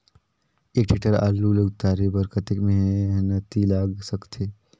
एक टेक्टर आलू ल उतारे बर कतेक मेहनती लाग सकथे?